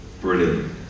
Brilliant